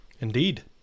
Indeed